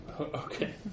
Okay